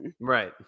right